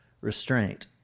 restraint